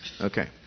Okay